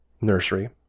nursery